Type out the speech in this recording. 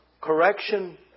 correction